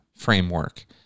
framework